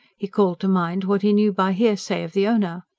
he called to mind what he knew by hearsay of the owner.